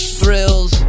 thrills